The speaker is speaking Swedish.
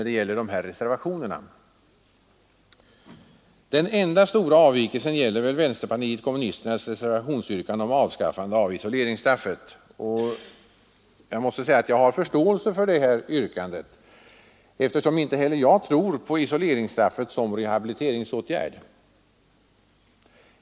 Den enda stora avvikelsen gäller vänsterpartiet kommunisternas reservationsyrkande om avskaffande av isoleringsstraffet. Jag har förståelse för detta yrkande, eftersom inte heller jag tror på isoleringsstraffet som rehabiliteringsåtgärd.